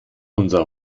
unser